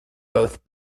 both